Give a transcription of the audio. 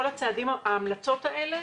כל ההמלצות האלה,